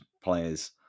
players